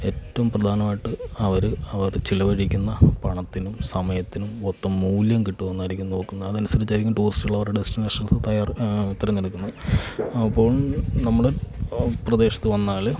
ഏറ്റവും പ്രധാനമായിട്ട് അവർ അവർ ചിലവഴിക്കുന്ന പണത്തിനും സമയത്തിനും ഒത്ത മൂല്യം കിട്ടുമോന്നായിരിക്കും നോക്കുന്നത് അതനുസരിച്ചായിരിക്കും ടൂറിസ്റ്റുകൾ അവരുടെ ഡെസ്റ്റിനേഷൻസ് തയ്യാർ തെരഞ്ഞെടുക്കുന്നത് അപ്പം നമ്മൾ പ്രദേശത്ത് വന്നാൽ